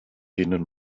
denen